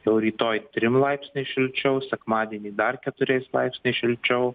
jau rytoj trim laipsniais šilčiau sekmadienį dar keturiais laipsniais šilčiau